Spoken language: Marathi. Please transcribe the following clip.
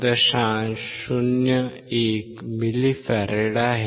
01 मिली फॅराड आहे